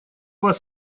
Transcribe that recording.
вас